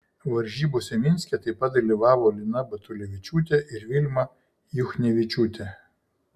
varžybose minske taip pat dalyvavo lina batulevičiūtė ir vilma juchnevičiūtė